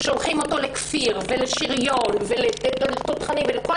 שולחים אותו לכפיר ולשריון ולתותחנים ולכל